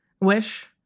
wish